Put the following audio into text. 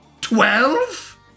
Twelve